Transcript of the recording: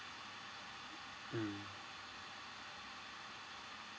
mm